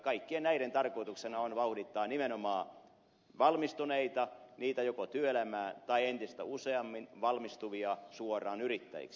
kaikkien näiden tarkoituksena on vauhdittaa nimenomaan valmistuneita niitä joko työelämään tai entistä useammin valmistuvia suoraan yrittäjiksi